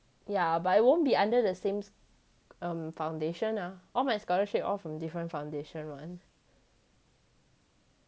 yeah but I won't be under the same sch~ um foundation ah all my scholarship all from different foundation [one]